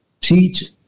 Teach